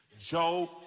Joe